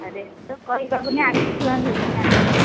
ଆରେ ତୁ କହିଦବୁନି ଆଖି ଛୁଆଁ